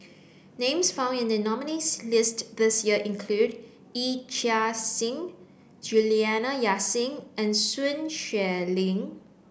names found in the nominees' list this year include Yee Chia Hsing Juliana Yasin and Sun Xueling